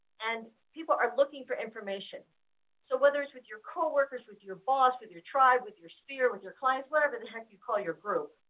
and people are looking for information so whether it's with your co-workers, with your boss, with your tribe, with your sphere, with your clients, whatever the heck you call your group,